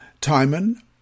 Timon